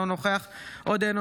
אינו נוכח איימן עודה,